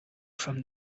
from